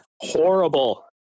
horrible